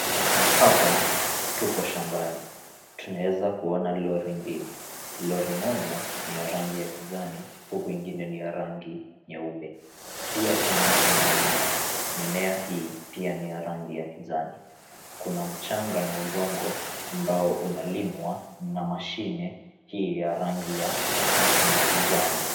Hapa tuko shambani. Tunaeza kuona lori mbili. Lori moja ni ya rangi ya kijani, huku nyingine ni ya rangi nyeupe. Pia tunaona kuna mimea. Mimea hii pia ni ya rangi ya kijani. Kuna mchanga na udongo ambao unalimwa na mashine hii ya rangi ya kijani.